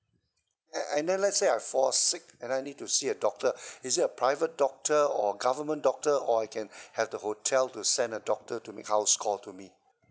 and and then let's say I fall sick and then I need to see a doctor is it a private doctor or government doctor or I can have the hotel to send a doctor to make house call to me